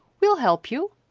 we'll help you,